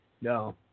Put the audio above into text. No